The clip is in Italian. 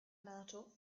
nato